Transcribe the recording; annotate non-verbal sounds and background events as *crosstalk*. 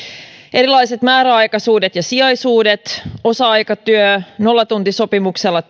erilaiset määräaikaisuudet ja sijaisuudet osa aikatyö nollatuntisopimuksella *unintelligible*